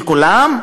של כולם?